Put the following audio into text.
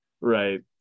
Right